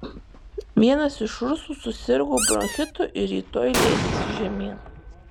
vienas iš rusų susirgo bronchitu ir rytoj leisis žemyn